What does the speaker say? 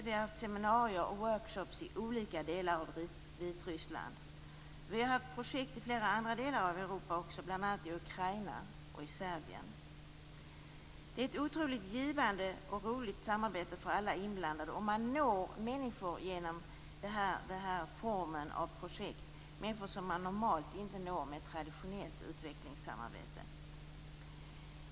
Vi har haft seminarier och workshops i olika delar av Vitryssland. Vi har haft projekt i flera andra delar av Europa också, bl.a. i Ukraina och Serbien. Det är ett otroligt givande och roligt samarbete för alla inblandade, och man når människor genom den här formen av projekt, människor som man normalt inte når med traditionellt utvecklingssamarbete.